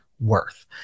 worth